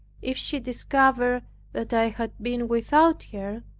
if she discovered that i had been without her,